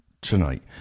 tonight